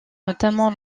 notamment